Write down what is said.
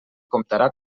comptarà